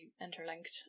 interlinked